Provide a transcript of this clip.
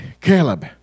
Caleb